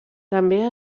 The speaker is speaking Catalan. també